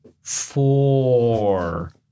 four